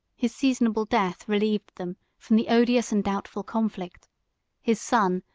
his seasonable death relieved them from the odious and doubtful conflict his son,